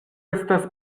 estas